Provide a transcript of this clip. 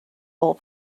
whole